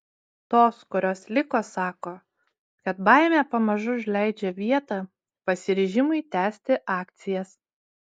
tos kurios liko sako kad baimė pamažu užleidžia vietą pasiryžimui tęsti akcijas